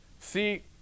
See